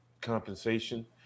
Compensation